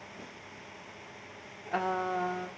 uh